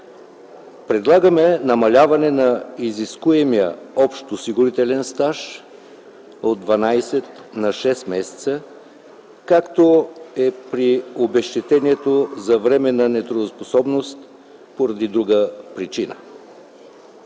Предлагаме намаляване на изискуемия общ осигурителен стаж от 12 на 6 месеца, както е при обезщетението за временна нетрудоспособност поради друга причина.